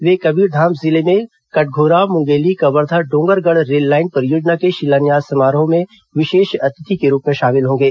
वे कबीरधाम जिले में कटघोरा मुंगेली कवर्धा डोंगरगढ़ रेललाईन परियोजना के शिलान्यास समारोह में विशेष अतिथि के रूप में शामिल होंगे